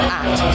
act